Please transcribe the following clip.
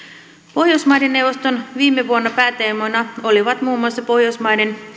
pohjoismaiden neuvoston pääteemoina viime vuonna olivat muun muassa pohjoismaiden